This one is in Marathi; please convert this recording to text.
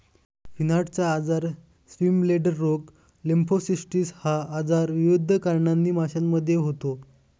फिनार्टचा आजार, स्विमब्लेडर रोग, लिम्फोसिस्टिस हा आजार विविध कारणांनी माशांमध्ये होतो